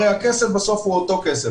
הרי הכסף בסוף הוא אותו כסף.